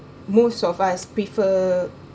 most of us prefer